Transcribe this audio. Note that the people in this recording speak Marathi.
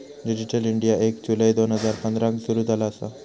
डीजीटल इंडीया एक जुलै दोन हजार पंधराक सुरू झाला होता